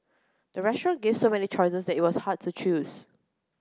the restaurant gave so many choices that it was hard to choose